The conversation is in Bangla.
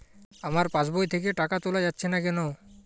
আমার পাসবই থেকে টাকা তোলা যাচ্ছে না কেনো?